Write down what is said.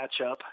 matchup